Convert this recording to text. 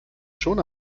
schon